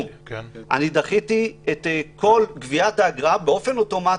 דחיתי את גביית האגרה באופן אוטומטי,